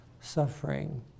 suffering